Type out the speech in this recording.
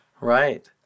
Right